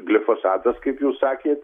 glifosatas kaip jūs sakėt